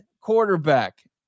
quarterback